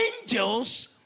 angels